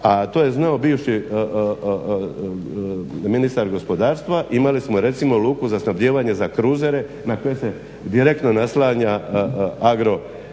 a to je znao bivši ministarstva gospodarstva. Imali smo recimo luku za snabdijevanje za kruzere na koje se direktno naslanja agro,